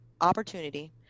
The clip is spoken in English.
opportunity